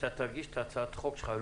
כשאתה תגיש את הצעת החוק שלך,